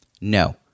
No